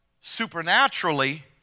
supernaturally